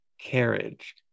carriage